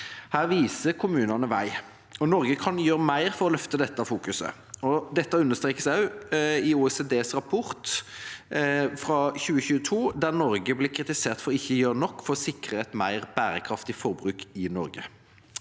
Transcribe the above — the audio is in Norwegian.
Her viser kommunene vei, og Norge kan gjøre mer for å løfte og fokusere på dette. Det understrekes også i OECDs rapport fra 2022, der Norge blir kritisert for ikke å gjøre nok for å sikre et mer bærekraftig forbruk i Norge.